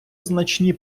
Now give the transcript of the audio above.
значні